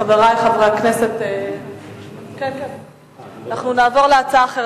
חברי חברי הכנסת, אנחנו נעבור להצעה אחרת.